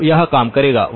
अब यह काम करेगा